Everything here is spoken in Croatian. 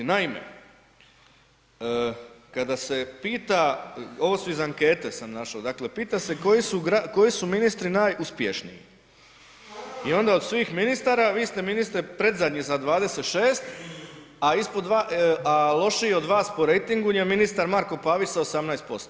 Naime, kada se pita, ovo sam iz ankete našao, pita se koji su ministri najuspješniji i onda od svih ministara vi ste ministre predzadnji sa 26, a lošiji od vas po rejtingu je ministar Marko Pavić sa 18%